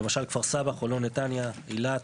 למשל, כפר סבא, חולון, נתניה, אילת.